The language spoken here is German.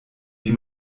wie